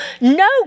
no